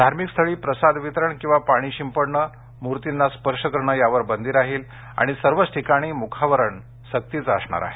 धार्मिक स्थळी प्रसाद वितरण किंवा पाणी शिंपडणे मूर्तींना स्पर्श करणे यावर बंदी राहील आणि सर्वच ठिकाणी मुखावरण सक्तीचे असणार आहे